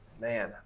Man